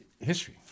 history